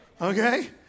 okay